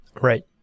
right